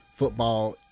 Football